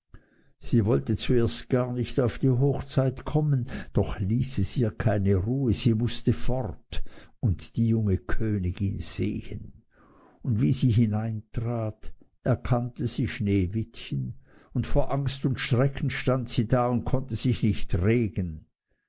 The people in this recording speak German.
sie wollte zuerst gar nicht auf die hochzeit kommen doch ließ es ihr keine ruhe sie mußte fort und die junge königin sehen und wie sie hineintrat erkannte sie sneewittchen und vor angst und schrecken stand sie da und konnte sich nicht regen